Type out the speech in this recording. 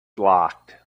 blocked